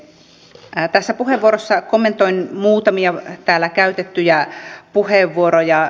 tässä puheenvuorossa kommentoin muutamia täällä käytettyjä puheenvuoroja